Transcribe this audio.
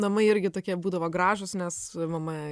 namai irgi tokie būdavo gražūs nes mama